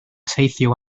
teithio